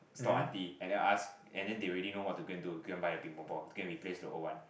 store aunty and then ask and then they already know what to go and do go and buy a Ping Pong ball to go and replace the old one